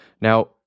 Now